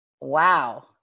Wow